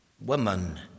Woman